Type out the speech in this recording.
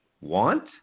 want